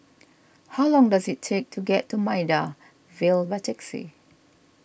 how long does it take to get to Maida Vale by taxi